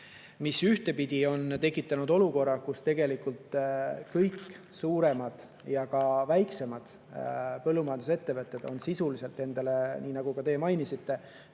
See on tekitanud olukorra, kus tegelikult kõik suuremad ja ka väiksemad põllumajandusettevõtted on endale, nii nagu te mainisite,